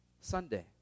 Sunday